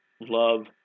love